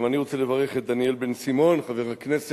גם אני רוצה לברך את חבר הכנסת